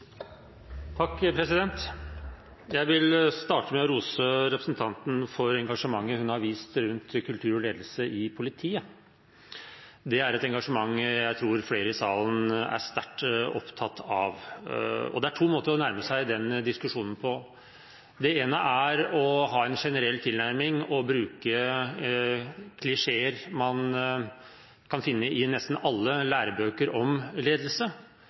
vil starte med å rose representanten for engasjementet hun har vist rundt kultur og ledelse i politiet. Det er et engasjement jeg tror flere i salen sterkt deler. Det er to måter å nærme seg den diskusjonen på. Det ene er å ha en generell tilnærming og bruke klisjeer man kan finne i nesten alle lærebøker om ledelse.